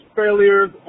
failures